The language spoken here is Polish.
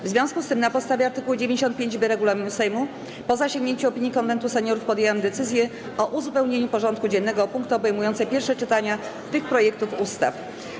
W związku z tym, na podstawie art. 95b regulaminu Sejmu, po zasięgnięciu opinii Konwentu Seniorów, podjęłam decyzję o uzupełnieniu porządku dziennego o punkty obejmujące pierwsze czytania tych projektów ustaw.